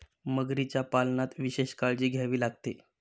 मगरीच्या पालनात विशेष काळजी घ्यावी लागते